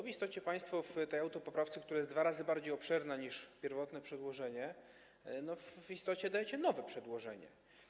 W istocie państwo w tej autopoprawce, która jest dwa razy bardziej obszerna niż pierwotne przedłożenie, dajcie nowe przedłożenie.